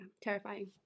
terrifying